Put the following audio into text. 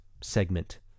segment